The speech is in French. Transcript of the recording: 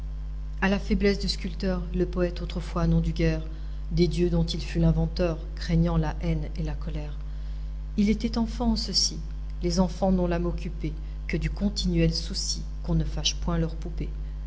à la faiblesse du sculpteur le poète autrefois n'en dut guère des dieux dont il fut l'inventeur craignant la haine et la colère il était enfant en ceci les enfants n'ont l'âme occupée que du continuel souci qu'on ne fâche point leur poupée